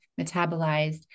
metabolized